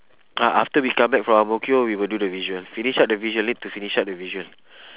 ah after we come back from ang mo kio we will do the visual finish up the visual need to finish up the visual